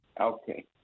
Okay